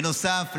בנוסף,